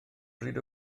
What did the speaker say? bryd